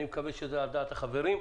אני מקווה שזה על דעת החברים.